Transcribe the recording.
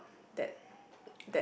that that